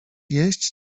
jeść